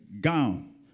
gown